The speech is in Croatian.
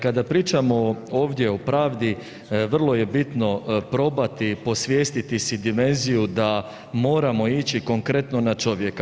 Kada pričamo ovdje o pravdi vrlo je bitno probati posvijestiti si dimenziju da moramo ići konkretno na čovjeka.